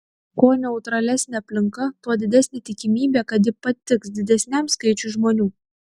kuo neutralesnė aplinka tuo didesnė tikimybė kad ji patiks didesniam skaičiui žmonių